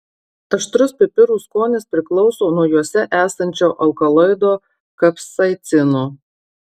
aštrus pipirų skonis priklauso nuo juose esančio alkaloido kapsaicino